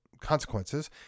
consequences